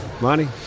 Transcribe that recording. money